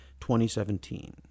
2017